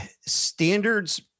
Standards